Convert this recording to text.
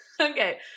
Okay